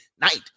night